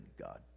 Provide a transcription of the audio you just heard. god